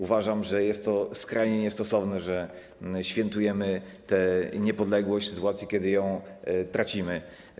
Uważam, że jest to skrajnie niestosowne, że świętujemy tę niepodległość, w sytuacji kiedy ją tracimy.